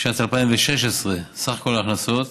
בשנת 2016 סך ההכנסות,